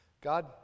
God